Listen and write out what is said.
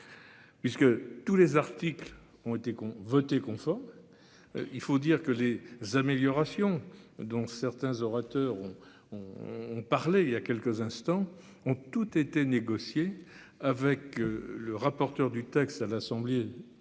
Puisque tous les articles ont été con voté conforme. Il faut dire que les améliorations dont certains orateurs ont ont ont parlé il y a quelques instants, ont toutes été négocié avec le rapporteur du texte à l'Assemblée.